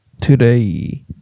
Today